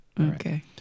Okay